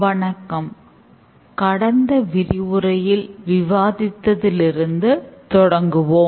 வணக்கம் கடந்த விரிவுரையில் விவாதித்ததிலிருந்து தொடங்குவோம்